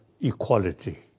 equality